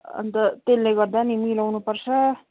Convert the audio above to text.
अन्त त्यसले गर्दा नि मिलाउनुपर्छ